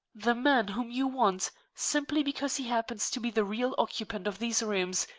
the man whom you want, simply because he happens to be the real occupant of these rooms,